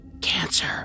cancer